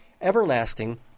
Everlasting